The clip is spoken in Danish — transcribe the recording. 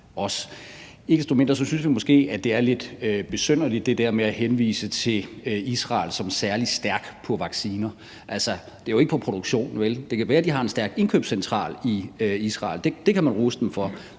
Ikke desto mindre synes vi måske, det er lidt besynderligt at henvise til Israel som særlig stærk på vacciner. Altså, det er jo ikke på produktion, vel? Det kan være, de har en stærk indkøbscentral i Israel, og det kan man rose dem for,